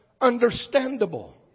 understandable